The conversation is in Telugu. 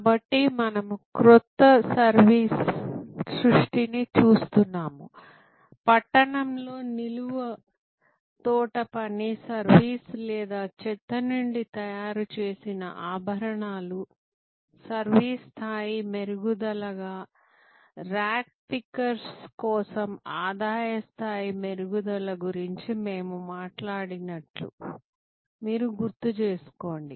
కాబట్టి మనము క్రొత్త సర్వీస్ సృష్టిని చూస్తున్నాము పట్టణంలో నిలువు తోటపని సర్వీస్ లేదా చెత్త నుండి తయారు చేసిన ఆభరణాలు సర్వీస్ స్థాయి మెరుగుదలగా రాగ్ పికర్స్ కోసం ఆదాయ స్థాయి మెరుగుదల గురించి మేము మాట్లాడినట్లు మీరు గుర్తుచేసుకోండి